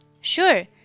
Sure